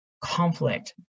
conflict